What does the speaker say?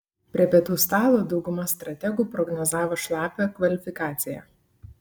prie pietų stalo dauguma strategų prognozavo šlapią kvalifikaciją